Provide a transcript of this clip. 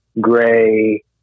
Gray